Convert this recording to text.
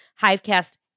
Hivecast